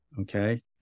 okay